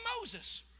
Moses